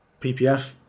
PPF